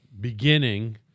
beginning